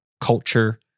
culture